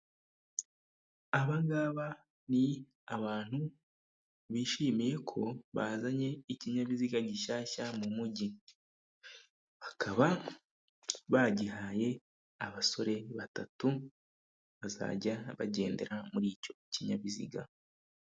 Abangaba ni abantu bishimiye ko bazanye ikinyabiziga gishyashya mu mugi, bakaba bagihaye abasore batatu bazajya bagendera muri icyo kinyabiziga.